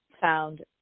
found